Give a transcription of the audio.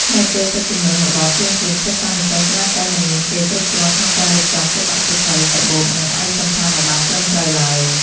នៅពេលទឹកជំនន់មកដល់ភ្លាមៗ សិស្សានុសិស្សច្រើនតែមិនមានពេលគ្រប់គ្រាន់ក្នុងការរៀបចំទុកដាក់សៀវភៅ កាបូប និងឯកសណ្ឋានឱ្យបានត្រឹមត្រូវឡើយ។